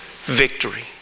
victory